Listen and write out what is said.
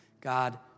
God